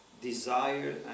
desire